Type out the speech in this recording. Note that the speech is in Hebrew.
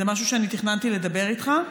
וזה משהו שאני תכננתי לדבר עליו איתך.